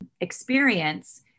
experience